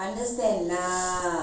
right right